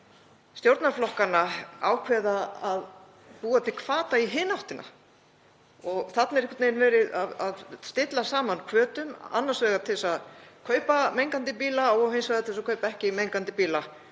hér stjórnarflokkana ákveða að búa til hvata í hina áttina. Þarna er einhvern veginn verið að stilla saman hvötum, annars vegar til að kaupa mengandi bíla og hins vegar til þess að kaupa ekki mengandi bíla.